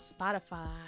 Spotify